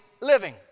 living